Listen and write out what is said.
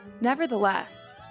Nevertheless